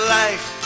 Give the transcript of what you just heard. life